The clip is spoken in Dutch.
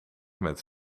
met